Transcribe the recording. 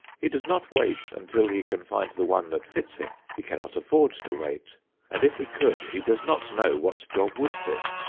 he does not wait until he can find the one that fits him. he cannot afford to wait and if he could, he does not know what job would fit.